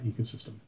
ecosystem